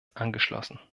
angeschlossen